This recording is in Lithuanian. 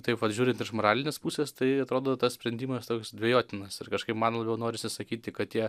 taip vat žiūrint iš moralinės pusės tai atrodo tas sprendimas toks dvejotinas ir kažkaip man labiau norisi sakyti kad tie